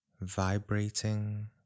vibrating